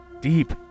deep